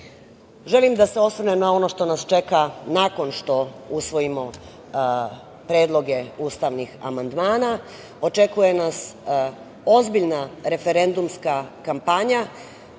želim da se osvrnem na ono što nas čeka nakon što usvojimo predloge ustavnih amandmana. Očekuje nas ozbiljna referendumska kampanja,